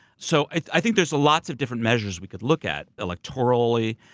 so i think there's lots of different measures we could look at electorally,